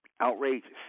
Outrageous